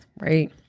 Right